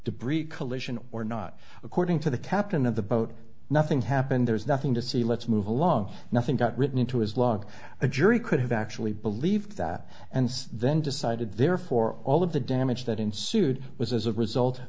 collision or not according to the captain of the boat nothing happened there is nothing to see let's move along nothing got written into his log a jury could have actually believed that and then decided therefore all of the damage that ensued was as a result